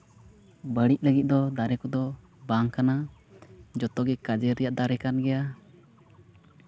ᱵᱟᱹᱲᱤᱡ ᱞᱟᱹᱜᱤᱫ ᱫᱚ ᱫᱟᱨᱮ ᱠᱚᱫᱚ ᱵᱟᱝ ᱠᱟᱱᱟ ᱡᱚᱛᱚᱜᱮ ᱠᱟᱡᱮᱨ ᱨᱮᱭᱟᱜ ᱫᱟᱨᱮ ᱠᱟᱱ ᱜᱮᱭᱟ